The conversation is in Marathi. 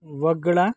वगळा